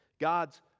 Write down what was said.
God's